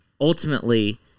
ultimately